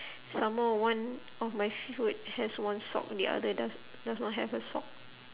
some more one of my foot has one sock the other does does not have a sock